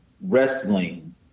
wrestling